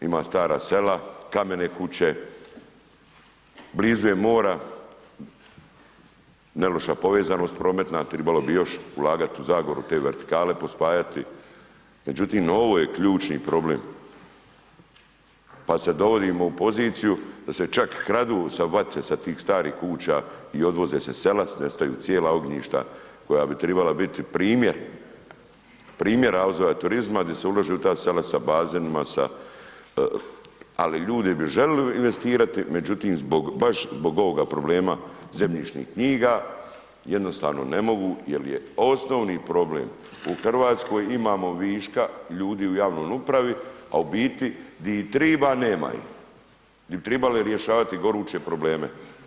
Očuvana, ima stara sela, kamene kuće, blizu je mora, neloša povezanost prometna, trebalo bi još ulagati u Zagoru, te vertikale pospajati, međutim, ovo je ključni problem, pa se dovodimo u poziciju da se čak kradu ... sa tih starih kuća i odvoze sa sela, nestaju cijela ognjišta koja bi trebala biti primjer razvoja turizma di se ulažu u ta sela sa bazenima ali ljudi bi željeli investirati međutim baš zbog ovoga problema zemljišnih knjiga jednostavno ne mogu jer je osnovni problem u Hrvatskoj imamo viška ljudi u javnoj upravi a u biti gdje i treba nema ih, gdje bi trebale rješavati goruće probleme.